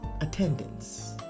attendance